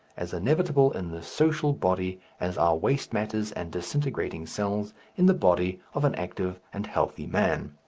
as inevitable in the social body as are waste matters and disintegrating cells in the body of an active and healthy man.